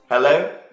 Hello